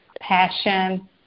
passion